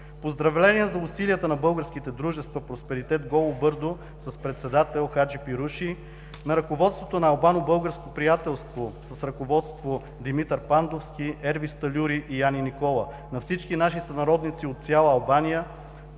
Поздравления за усилията на българските дружества „Просперитет Голо бърдо“ с председател Хаджи Пируши, на ръководството „Албано-българско приятелство“ с ръководство Димитър Пандовски, Ервис Талюри и Яни Никола, на всички наши сънародници от цяла Албания;